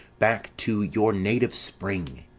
back to your native spring!